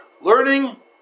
learning